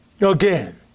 Again